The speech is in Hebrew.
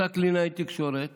אותה קלינאית תקשורת